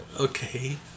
Okay